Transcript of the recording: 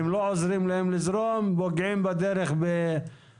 אם לא עוזרים להם לזרום הם פוגעים בדרך באנשים.